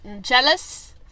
jealous